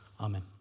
Amen